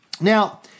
Now